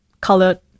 colored